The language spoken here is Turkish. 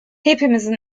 hepimizin